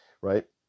Right